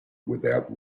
without